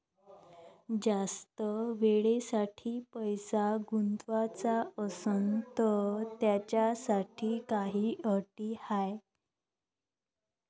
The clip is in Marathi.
जास्त वेळेसाठी पैसा गुंतवाचा असनं त त्याच्यासाठी काही अटी हाय?